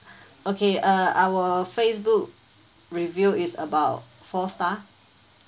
okay uh our Facebook review is about four star